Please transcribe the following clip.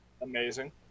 Amazing